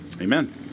Amen